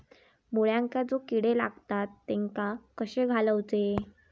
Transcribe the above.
मुळ्यांका जो किडे लागतात तेनका कशे घालवचे?